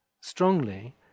strongly